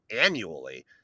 annually